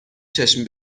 چشم